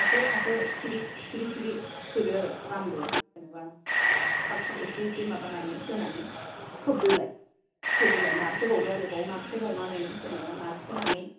थाखो थाखो सिरि सिरि सोदो आरो रानदो जेनबा पाग पाग इसे इसे माबानानै खोबदोलाय सोदोलाय नारसोबावदो आरो बाव नारसोबावनानै जेनबा नारसोनानै आरो